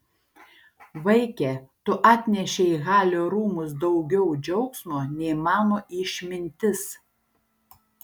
vaike tu atnešei į halio rūmus daugiau džiaugsmo nei mano išmintis